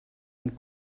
und